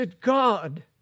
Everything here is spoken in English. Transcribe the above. God